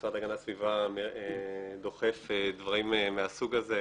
שהמשרד להגנת הסביבה דוחף דברים מהסוג הזה.